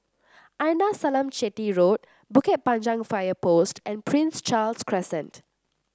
Arnasalam Chetty Road Bukit Panjang Fire Post and Prince Charles Crescent